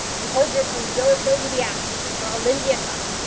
you hold your tongue, joe, till you be asked, or i'll lend ye a cuff.